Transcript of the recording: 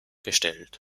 gestellt